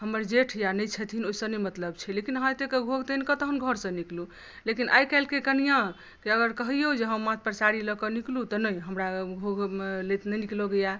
हमर जेठ छथिन या नहि छथिन ओहिसँ नहि मतलब छै लेकिन अहाँ एते कऽ घोघ तानि कऽ तहन घरसँ निकलू लेकिन आइ काल्हि केँ कनियाँ केँ कहियौ जे माथ पर साड़ी लऽकऽ निकलू तऽ नहि हमरा घोघमे नहि नीक लगैया